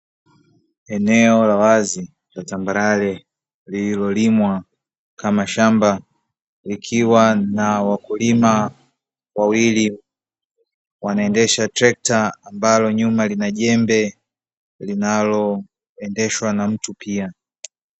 Eneo la wazi la tambarare lililo limwa kama shamba likiwa na wakulima wawili wanaendesha trekta ambalo nyuma lina jembe linalo endeshwa na mtu pia.